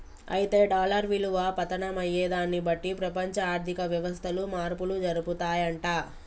అయితే డాలర్ విలువ పతనం అయ్యేదాన్ని బట్టి ప్రపంచ ఆర్థిక వ్యవస్థలు మార్పులు జరుపుతాయంట